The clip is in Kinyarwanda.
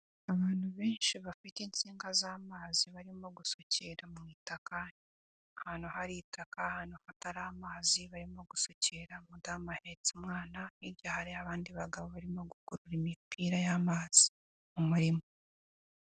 Abantu benshi bafite insinga z'amazi barimo gusukira mu itaka, ahantu hari itaka, ahantu hatari amazi barimo gusukirara, umadamu ahetse umwana, hirya hariyo abandi bagabo barimo gukurura imipira y'amazi mu murima.